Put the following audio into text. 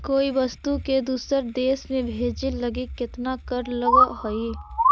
कोई वस्तु के दूसर देश में भेजे लगी केतना कर लगऽ हइ?